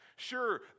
Sure